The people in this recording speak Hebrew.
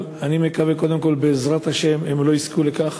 אני מקווה, קודם כול בעזרת השם, שהם לא יזכו לכך.